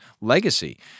legacy